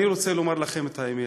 אני רוצה לומר לכם את האמת: